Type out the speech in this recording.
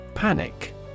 Panic